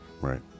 Right